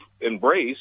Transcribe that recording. embrace